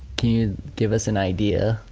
you give us an idea?